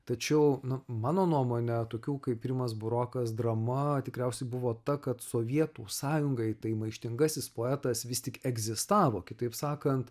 tačiau nu mano nuomone tokių kaip rimas burokas drama tikriausiai buvo ta kad sovietų sąjungai tai maištingasis poetas vis tik egzistavo kitaip sakant